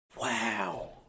Wow